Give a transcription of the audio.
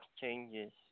changes